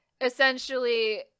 essentially